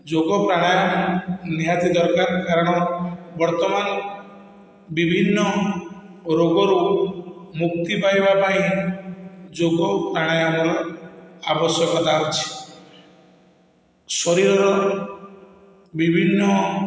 ଯୋଗ ପ୍ରାଣାୟାମ ନିହାତି ଦରକାର କାରଣ ବର୍ତ୍ତମାନ ବିଭିନ୍ନ ରୋଗରୁ ମୁକ୍ତି ପାଇବା ପାଇଁ ଯୋଗ ଓ ପ୍ରାଣାୟାମର ଆବଶ୍ୟକତା ଅଛି ଶରୀରର ବିଭିନ୍ନ